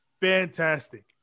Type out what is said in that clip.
fantastic